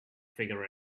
figure